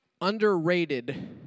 underrated